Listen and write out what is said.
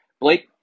Blake